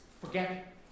forget